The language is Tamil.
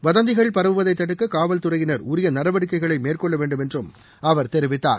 வதந்திகள் பரவுவதை தடுக்க காவல்துறையினர் உரிய நடவடிக்கைகளை மேற்கொள்ள வேண்டும் என்றும் அவர் தெரிவித்தார்